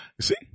see